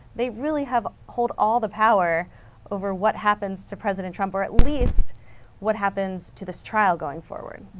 they really have held all the power over what happens to president trump or at least what happens to this child going forward.